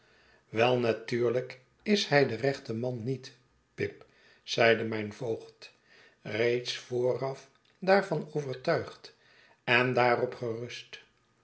wel natuurlijk is hij de rechte man niet pip zeide mijn voogd reeds vooraf daarvan overtuigd en daarop gerust